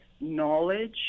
knowledge